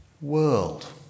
world